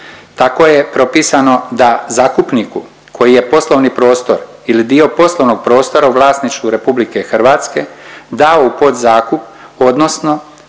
tako je propisano da zakupniku koji je poslovni prostor ili dio poslovnog prostora u vlasništvu RH dao u podzakup odnosno